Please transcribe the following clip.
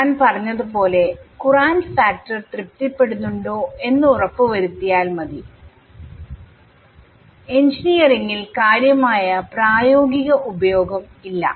ഞാൻ പറഞ്ഞത് പോലെ കുറാന്റ് ഫാക്ടർതൃപ്തിപ്പെടുന്നുണ്ടോ എന്ന് ഉറപ്പ് വരുത്തിയാൽ മതിഎഞ്ചിനീയറിങ്ങിൽകാര്യമായ പ്രായോഗിക ഉപയോഗം ഇല്ല